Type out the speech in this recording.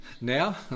Now